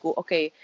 okay